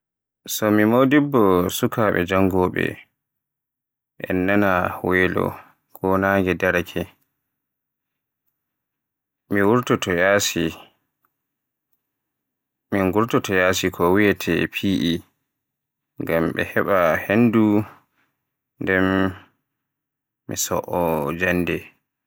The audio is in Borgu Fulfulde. So mi modibbo sukaabe jangowobe en e nana welo ko nange daraake, min ngurtoto yaasi ko wiyeete PE. Ngam be nana hendu, nden mi co'oo nder jannde.